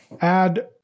add